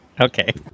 Okay